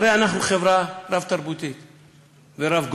הרי אנחנו חברה רב-תרבותית ורבגונית,